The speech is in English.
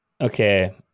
Okay